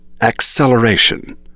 acceleration